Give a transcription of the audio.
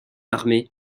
armée